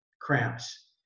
cramps